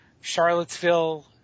Charlottesville –